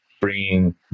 bringing